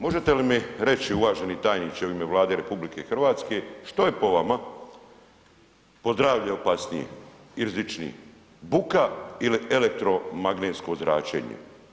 Možete li mi reći uvaženi tajniče u ime Vlade RH što je po vama po zdravlje opasnije i rizičnije, buka ili elektromagnetsko zračenje?